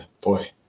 boy